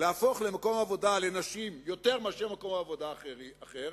להפוך למקום עבודה לנשים יותר מאשר מקום עבודה אחר,